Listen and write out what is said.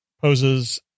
poses